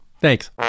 Thanks